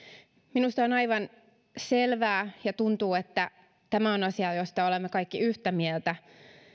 minusta on aivan selvää ja tuntuu että tämä on asia josta olemme kaikki yhtä mieltä